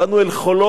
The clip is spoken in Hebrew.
באנו אל חולות,